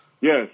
Yes